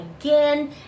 Again